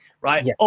right